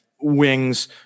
wings